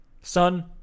son